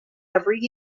every